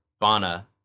Bana